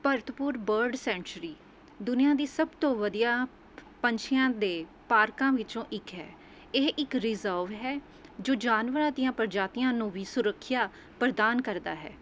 Bharatpur bird sanctuary ਦੁਨੀਆ ਦੀ ਸਭ ਤੋਂ ਵਧੀਆ ਪੰਛੀਆਂ ਦੇ ਪਾਰਕਾਂ ਵਿੱਚੋਂ ਇੱਕ ਹੈ ਇਹ ਇੱਕ ਰਿਜ਼ਰਵ ਹੈ ਜੋ ਜਾਨਵਰਾਂ ਦੀਆਂ ਪ੍ਰਜਾਤੀਆਂ ਨੂੰ ਵੀ ਸੁਰੱਖਿਆ ਪ੍ਰਦਾਨ ਕਰਦਾ ਹੈ